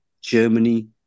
Germany